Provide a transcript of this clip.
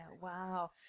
wow